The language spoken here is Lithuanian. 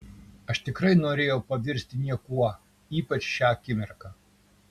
aš tikrai norėjau pavirsti niekuo ypač šią akimirką